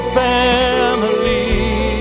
family